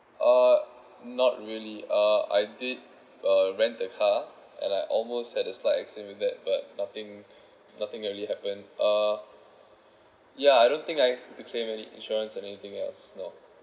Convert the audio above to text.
uh not really uh I did uh rent a car and I almost had a slight accident with that but nothing nothing really happened uh ya I don't think I've to claim any insurance and anything else no